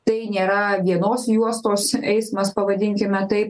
tai nėra vienos juostos eismas pavadinkime tai